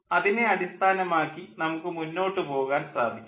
അതിനെ അടിസ്ഥാനമാക്കി നമുക്ക് മുന്നോട്ട് പോകാൻ സാധിക്കും